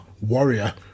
Warrior